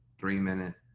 three minute,